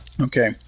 Okay